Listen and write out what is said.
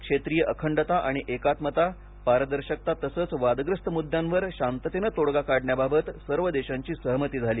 क्षेत्रीय अखंडता आणि एकात्मता पारदर्शकता तसच वादग्रस्त मुद्द्यांवर शांततेने तोडगा काढण्याबाबत यावेळी सर्व देशांची सहमती झाली